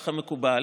ככה מקובל,